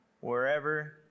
wherever